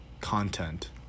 content